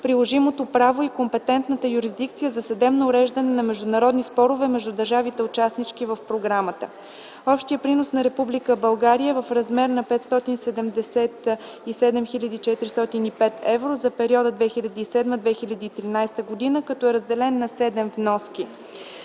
приложимото право и компетентната юрисдикция за съдебно уреждане на международни спорове между държавите-участнички в програмата. Общият принос на Република България е в размер на 577 хил. 405 евро за периода 2007-2013 г., като е разделен на 7 вноски.